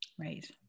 right